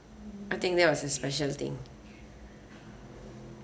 I think that was a special thing